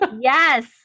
Yes